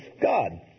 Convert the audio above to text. God